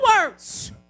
words